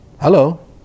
Hello